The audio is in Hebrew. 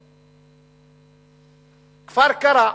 כפר-קרע,